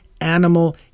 animal